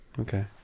Okay